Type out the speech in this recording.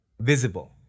visible